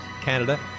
Canada